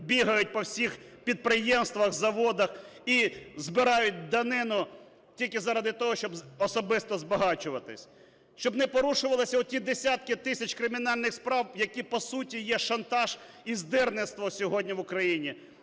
бігають по всіх підприємствах, заводах і збирають данину тільки заради того, щоб особисто збагачуватись. Щоб не порушувалися оті десятки тисяч кримінальних справ, які по суті є шантаж і здирництво сьогодні в Україні.